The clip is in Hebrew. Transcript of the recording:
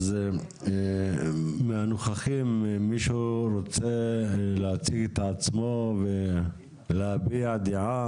אז מהנוכחים מישהו רוצה להציג את עצמו ולהביע דעה?